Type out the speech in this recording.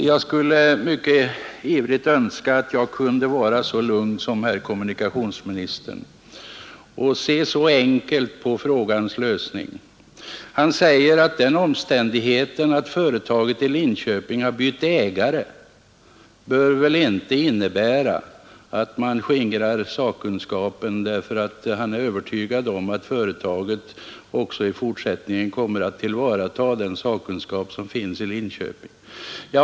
Herr talman! Jag skulle ivrigt önska att jag kunde vara så lugn som herr kommunikationsministern och se så enkelt på frågans lösning som han. nisk utveckling och tillverkning Kommunikationsministern säger att den omständigheten att företaget i Linköping bytt ägare inte bör innebära att man skingrar sakkunskapen; han är övertygad om att företaget också i fortsättningen kommer att tillvarata den sakkunskap som finns i Linköping.